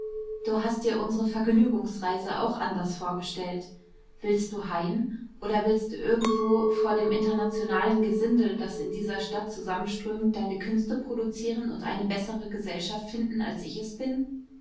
du hast dir unsere vergnügungsreise auch anders vorgestellt willst du heim oder willst du irgendwo vor dem internationalen gesindel das in dieser stadt zusammenströmt deine künste produzieren und eine bessere gesellschaft finden als ich es bin